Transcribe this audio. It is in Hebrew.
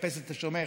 חפש את השונה,